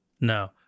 No